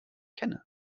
kenne